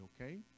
okay